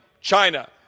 China